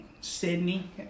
Sydney